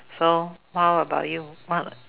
so how about you what